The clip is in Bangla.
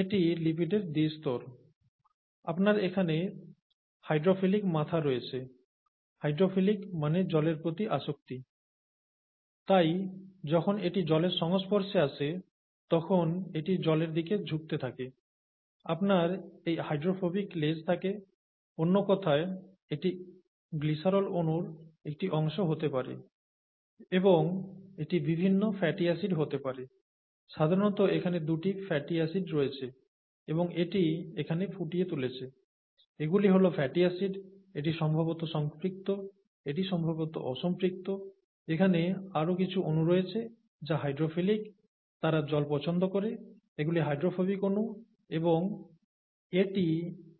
এটি লিপিডের দ্বিস্তর আপনার এখানে হাইড্রোফিলিক মাথা রয়েছে হাইড্রোফিলিক মানে জলের প্রতি আসক্তি তাই যখন এটি জলের সংস্পর্শে আসে তখন এটি জলের দিকে ঝুঁকতে থাকে আপনার এই হাইড্রোফোবিক লেজ থাকে অন্য কথায় এটি গ্লিসারল অণুর একটি অংশ হতে পারে এবং এটি বিভিন্ন ফ্যাটি অ্যাসিড হতে পারে সাধারণত এখানে দুটি ফ্যাটি অ্যাসিড রয়েছে এবং এটিই এখানে ফুটিয়ে তুলেছে এগুলি হল ফ্যাটি অ্যাসিড এটি সম্ভবত সম্পৃক্ত এটি সম্ভবত অসম্পৃক্ত এখানে আরও কিছু অণু রয়েছে যা হাইড্রোফিলিক তারা জল পছন্দ করে এগুলি হাইড্রোফোবিক অণু এবং এটি